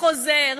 בחוזר,